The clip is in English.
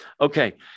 Okay